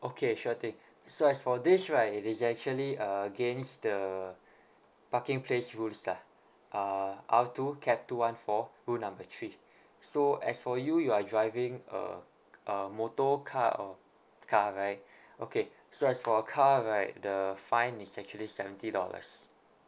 okay sure thing so as for this right it is actually against the parking place rules lah uh R two cap two one four fule number three so as for you you are driving a a motor car or car right okay so as for a car right the fine is actually seventy dollars